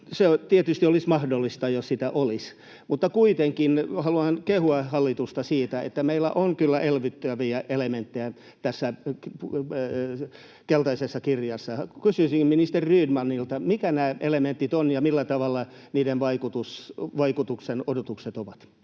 Se tietysti olisi mahdollista, jos rahaa olisi. Kuitenkin haluan kehua hallitusta siitä, että meillä on kyllä elvyttäviä elementtejä tässä keltaisessa kirjassa. Kysyisinkin ministeri Rydmanilta: mitkä nämä elementit ovat ja millaiset niiden vaikutusten odotukset ovat?